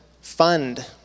fund